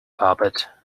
carpet